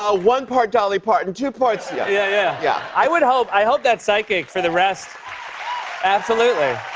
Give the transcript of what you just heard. ah one part dolly parton, two parts yeah. yeah, yeah. yeah. i would hope i hope that psychic, for the rest absolutely.